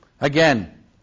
Again